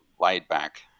laid-back